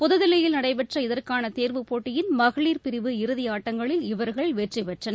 புதுதில்லியில் நடைபெற்ற இதற்கான தேர்வு போட்டியின் மகளிர் பிரிவு இறுதியாட்டங்களில் இவர்கள் வெற்றி பெற்றனர்